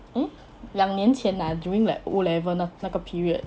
eh 两年前 ah during like O level 那那个 period